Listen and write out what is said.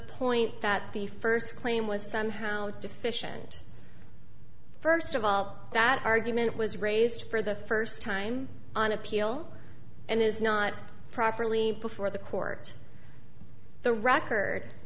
point that the first claim was somehow deficient first of all that argument was raised for the first time on appeal and is not properly before the court the record